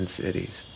cities